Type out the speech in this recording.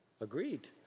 Agreed